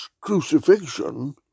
crucifixion